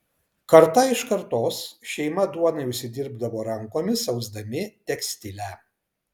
karta iš kartos šeima duonai užsidirbdavo rankomis ausdami tekstilę